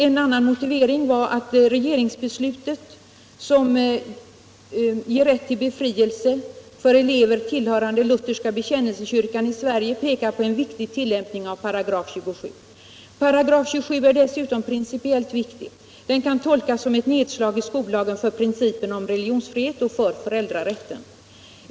En annan motivering var att regeringsbeslutet, som ger rätt till befrielse för elever tillhörande lutherska bekännelsekyrkan i Sverige, pekar på en viktig tillämpning av 27§. 278 är dessutom principiellt viktig. Den kan tolkas som ett nedslag i skollagen för principen om religionsfrihet och för föräldrarätten.